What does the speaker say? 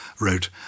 wrote